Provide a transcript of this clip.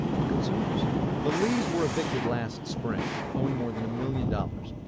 the consumers the lees were evicted last spring, owing more than a million dollars.